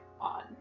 on